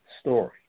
story